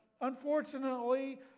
unfortunately